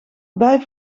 bij